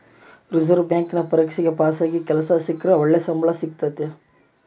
reserve ಬ್ಯಾಂಕಿನ ಪರೀಕ್ಷೆಗ ಪಾಸಾಗಿ ಕೆಲ್ಸ ಸಿಕ್ರ ಒಳ್ಳೆ ಸಂಬಳ ಸಿಕ್ತತತೆ